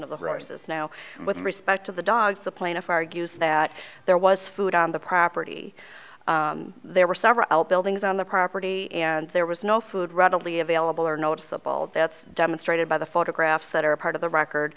the roses now with respect to the dogs the plaintiff argues that there was food on the property there were several buildings on the property and there was no food readily available or noticeable that's demonstrated by the photographs that are part of the record